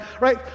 right